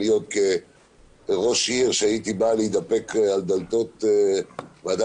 עוד כראש עיר שהייתי בא להתדפק על דלתות ועדת